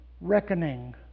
reckoning